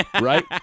right